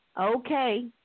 Okay